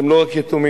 אתם לא רק יתומים.